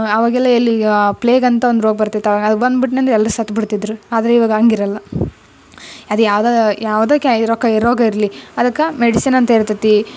ಆವಾಗೆಲ್ಲ ಎಲ್ಲಿ ಪ್ಲೇಗ್ ಅಂತ ಒಂದು ರೋಗ ಬರ್ತಿತ್ತು ಅದು ಬಂದ್ಬಿಟ್ನ ಅಂದ್ರೆ ಎಲ್ಲರು ಸತ್ತುಬಿಡ್ತಿದ್ರು ಆದರೆ ಇವಾಗ ಹಂಗಿರಲ್ಲ ಅದು ಯಾವುದೊ ಯಾವ್ದೊಕ್ಕೆ ಈ ರೋಗ ಈ ರೋಗ ಇರಲಿ ಅದಕ್ಕೆ ಮೆಡಿಸಿನ್ ಅಂತ ಇರ್ತತೆ